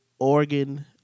Oregon